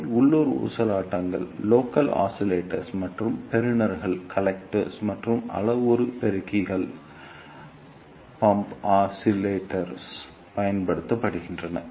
அவை உள்ளூர் ஊசலாட்டங்கள் மற்றும் பெறுநர்கள் அல்லது அளவுரு பெருக்கிகளில் பம்ப் ஆஸிலேட்டர்களிலும் பயன்படுத்தப்படுகின்றன